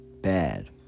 bad